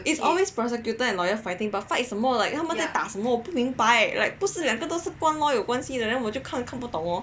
is always prosecutor and lawyer fighting but fight 什么 like 在打什么我不明白不是两个跟 law 有关系的 then 我就看看不懂 lor